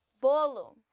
Bolo